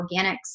organics